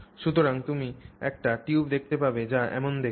সুতরাং তুমি একটি টিউব দেখতে পাবে যা এমন দেখতে